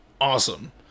awesome